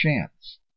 chance